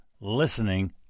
listening